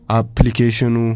application